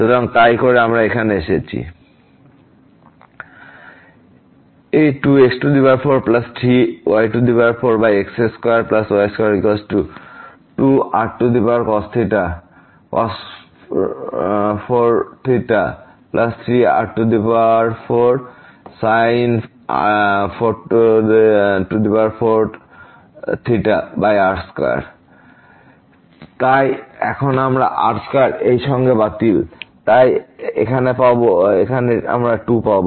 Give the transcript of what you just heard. সুতরাং তাই করে আমরা এখানে এসেছি 2x43y4x2y2 2r4 3r4 r2 তাই এখন এই r স্কয়ার এই সঙ্গে বাতিল তাই এখানে আমরা 2 পাবো